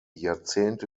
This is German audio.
jahrzehnte